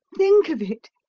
think of it!